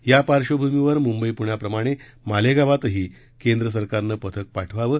यापार्बंभूमीवर मुंबई पुण्याप्रमाणे मालेगावातही केंद्र सरकारनं पथक पाठवावं